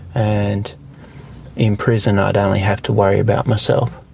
and in prison i'd only have to worry about myself.